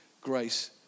grace